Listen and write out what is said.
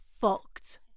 fucked